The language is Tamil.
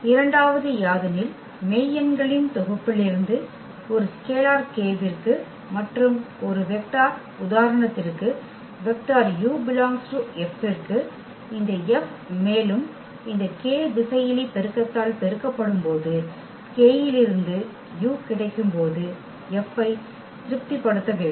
இரண்டாவது யாதெனில் மெய் எண்களின் தொகுப்பிலிருந்து ஒரு ஸ்கெலார் kவிற்கு மற்றும் ஒரு வெக்டர் உதாரணத்திற்கு வெக்டர் u ∈ Xவிற்கு இந்த F மேலும் இந்த k திசையிலி பெருக்கத்தால் பெருக்கப்படும்போது k இலிருந்து u கிடைக்கும்போது F ஐ திருப்திப்படுத்த வேண்டும்